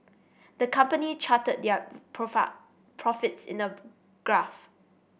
the company charted their profits in a graph